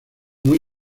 muy